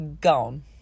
gone